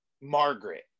Margaret